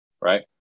right